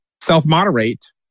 self-moderate